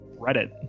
reddit